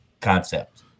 concept